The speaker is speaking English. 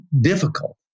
difficult